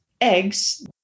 eggs